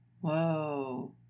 Whoa